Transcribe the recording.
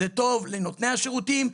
זה טוב לנותני השירותים,